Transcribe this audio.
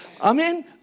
Amen